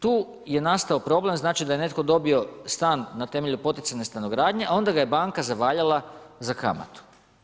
Tu je nastao problem, znači da je netko dobio stan na temelju poticajne stanogradnje, a onda ga je banka zavaljale za kamatu.